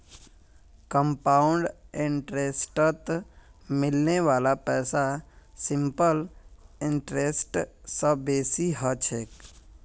compound इंटरेस्टत मिलने वाला पैसा सिंपल इंटरेस्ट स बेसी ह छेक